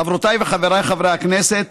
חברותיי וחבריי חברי הכנסת,